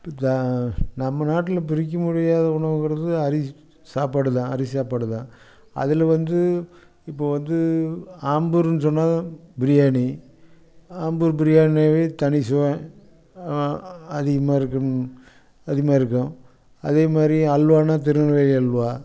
நம்ம நாட்டில் பிரிக்க முடியாத உணவுங்கிறது அரிசி சாப்பாடு தான் அரிசி சாப்பாடு தான் அதில் வந்து இப்போ வந்து ஆம்பூருன்னு சொன்னால் பிரியாணி ஆம்பூர் பிரியாண்னாவே தனி சுவை அதிகமாக இருக்கும் அதிகமாக இருக்கும் அதேமாதிரி அல்வான்னா திருநெல்வேலி அல்வா